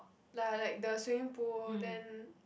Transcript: lah like the swimming pool then